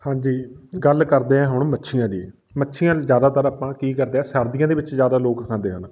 ਹਾਂਜੀ ਗੱਲ ਕਰਦੇ ਹਾਂ ਹੁਣ ਮੱਛੀਆਂ ਦੀ ਮੱਛੀਆਂ ਜ਼ਿਆਦਾਤਰ ਆਪਾਂ ਕੀ ਕਰਦੇ ਹਾਂ ਸਰਦੀਆਂ ਦੇ ਵਿੱਚ ਜ਼ਿਆਦਾ ਲੋਕ ਖਾਂਦੇ ਹਨ